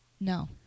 no